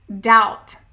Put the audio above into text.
doubt